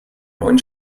neuen